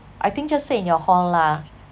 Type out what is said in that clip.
I think just sit in your hall lah